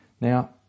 Now